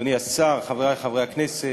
אדוני השר, חברי חברי הכנסת,